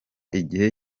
igihe